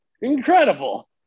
Incredible